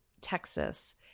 Texas